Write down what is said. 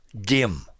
dim